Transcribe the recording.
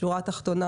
בשורה התחתונה,